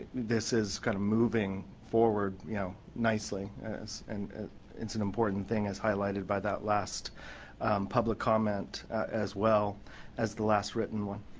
this is kind of moving forward you know nicely and it's an important thing as highlighted by that last public comment as well as the last written one.